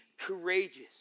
courageous